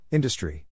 Industry